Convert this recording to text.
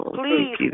please